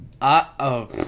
uh-oh